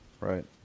Right